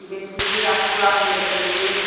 بالکل جی آپ کو آپ لے کر کے دیکھیے گا